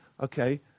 Okay